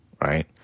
Right